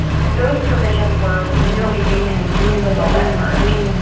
and those provisions were severely weakened in the bill that emerged.